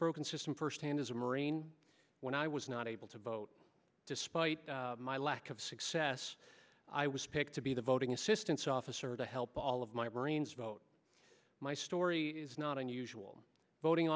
broken system firsthand as a marine when i was not able to vote despite my lack of success i was picked to be the voting assistance officer to help all of my brains vote my story is not unusual i'm voting